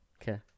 Okay